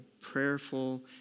prayerful